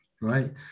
right